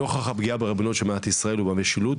נוכח הפגיעה בריבונות של מדינת ישראל ובמשילות,